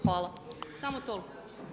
Hvala, samo toliko.